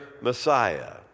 Messiah